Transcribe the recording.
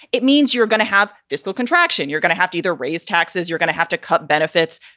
it means you're gonna have this little contraction. you're gonna have to either raise taxes, you're gonna have to cut benefits.